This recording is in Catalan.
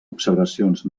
observacions